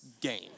game